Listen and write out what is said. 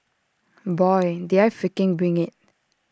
boy did I freaking bring IT